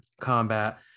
combat